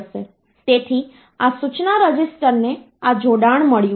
તેથી આ સૂચના રજિસ્ટરને આ જોડાણ મળ્યું છે